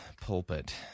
pulpit